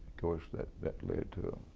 course that that led to a